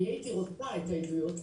אני הייתי רוצה את העדויות,